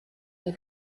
der